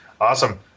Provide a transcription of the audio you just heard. Awesome